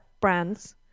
brands